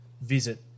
visit